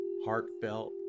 heartfelt